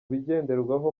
bigenderwaho